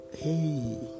Hey